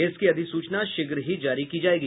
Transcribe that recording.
इसकी अधिसूचना शीघ्र ही जारी की जायेगी